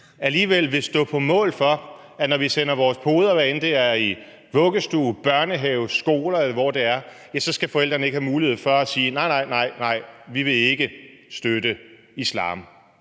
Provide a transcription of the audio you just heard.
alligevel vil stå på mål for, at når vi sender vores poder, hvad enten det er i vuggestue, børnehave, skole, eller hvor det er, så skal forældrene ikke have mulighed for at sige: Nej, nej, nej, vi vil ikke støtte islam